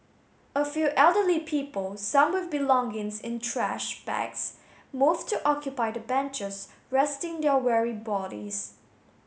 a few elderly people some with belongings in trash bags moved to occupy the benches resting their weary bodies